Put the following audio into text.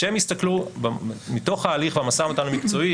וכשהם הסתכלו מתוך ההליך והמשא ומתן המקצועי,